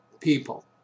people